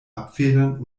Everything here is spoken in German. abfedern